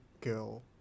girl